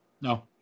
No